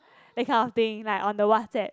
that kind of thing like on the Whatsapps